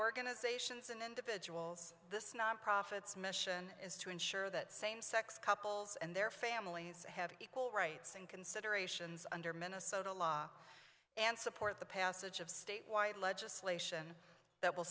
organizations and individuals this nonprofits mission is to ensure that same sex couples and their families have equal rights and considerations under minnesota law and support the passage of statewide